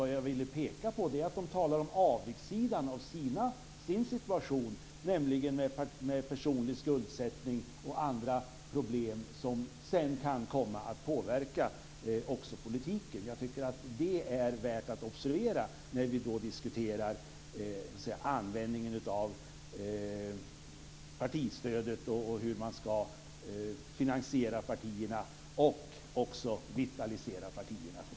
Vad jag ville peka på var att de talade om avigsidan med deras situation, t.ex. personlig skuldsättning och andra problem som sedan kan komma att påverka politiken. Detta är värt att observera när vi diskuterar användningen av partistödet och hur man skall finansiera och vitalisera partierna.